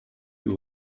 who